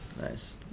Nice